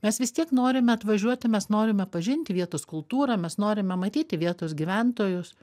mes vis tiek norime atvažiuoti mes norime pažinti vietos kultūrą mes norime matyti vietos gyventojus